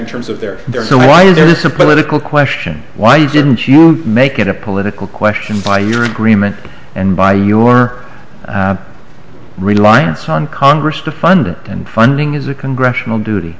in terms of they're there so why is there is a political question why didn't you make it a political question by your agreement and by your reliance on congress to fund and funding is a congressional duty